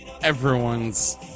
Everyone's